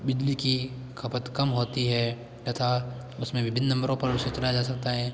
बिजली की खपत कम होती है तथा उसमें विभिन्न नम्बरों पर उसे चलाया जा सकता है